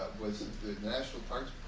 was it the national park